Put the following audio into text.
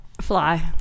Fly